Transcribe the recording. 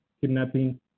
kidnapping